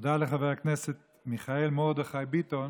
תודה לחבר הכנסת מיכאל מרדכי ביטון,